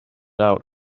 out